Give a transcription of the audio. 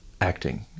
acting